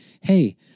Hey